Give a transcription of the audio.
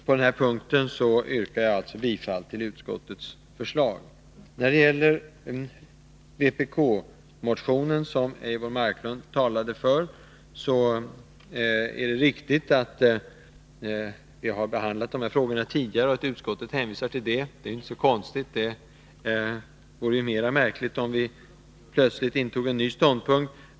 På den här punkten yrkar jag alltså bifall till utskottets förslag. När det gäller vpk-motionen, som Eivor Marklund talade för, är det riktigt att vi har behandlat de här frågorna tidigare och att utskottet hänvisar till. Nr 106 detta. Det är inte så konstigt — det vore ju mera märkligt om vi plötsligt intog Onsdagen den en ny ståndpunkt.